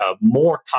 more